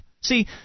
See